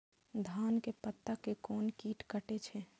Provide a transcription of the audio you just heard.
धान के पत्ता के कोन कीट कटे छे?